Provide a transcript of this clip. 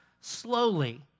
slowly